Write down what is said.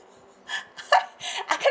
I can't